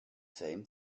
same